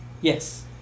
Yes